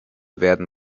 werden